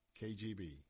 KGB